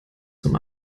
zum